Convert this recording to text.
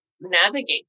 navigate